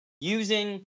using